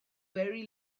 very